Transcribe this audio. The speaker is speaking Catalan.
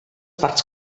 parts